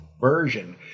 version